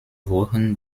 wochen